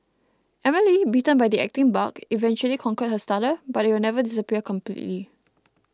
Emily bitten by the acting bug eventually conquered her stutter but it will never disappear completely